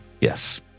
Yes